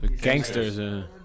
gangsters